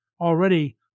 already